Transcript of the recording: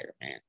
man